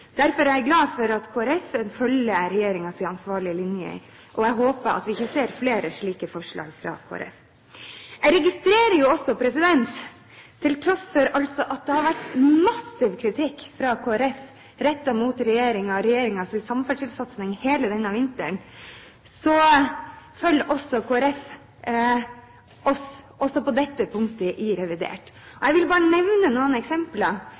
Derfor er jeg glad for at Kristelig Folkeparti følger regjeringens ansvarlige linje, og jeg håper at vi ikke ser flere slike forslag fra Kristelig Folkeparti. Jeg registrerer også at Kristelig Folkeparti, til tross for at det hele denne vinteren har vært rettet massiv kritikk fra Kristelig Folkeparti mot regjeringen og regjeringens samferdselssatsing, følger oss også på dette punktet i revidert budsjett. Jeg vil bare nevne noen eksempler